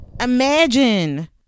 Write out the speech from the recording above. Imagine